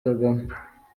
kagame